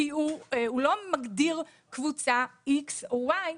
כי הוא לא מגדיר קבוצה X או Y,